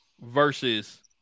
versus